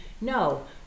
no